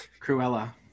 Cruella